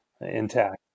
intact